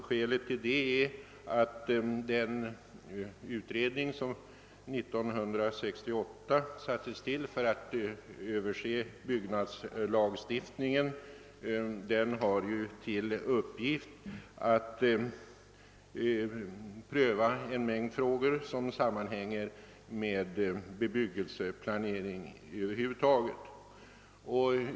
Skälet därtill är att den utredning som tillsattes 1968 för att överse byggnadslagstiftningen har till uppgift att pröva en mängd frågor som sammanhänger med bebyggelseplanering över huvud taget.